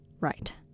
Right